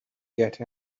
get